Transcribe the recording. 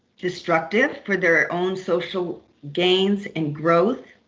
destructive for their own social gains and growth